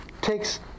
takes